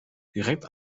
direkt